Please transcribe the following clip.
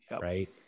Right